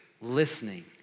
listening